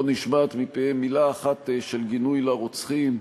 לא נשמעת מפיהם מילה אחת של גינוי לרוצחים,